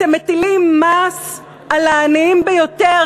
אתם מטילים מס על העניים ביותר,